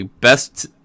Best